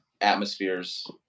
atmospheres